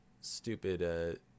stupid